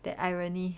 that irony